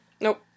Nope